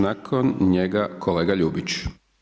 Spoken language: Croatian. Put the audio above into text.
Nakon njega kolega Ljubić.